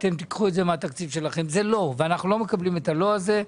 אנחנו לא מקבלים את ה"לא" הזה.